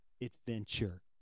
adventure